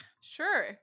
Sure